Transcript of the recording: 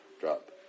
drop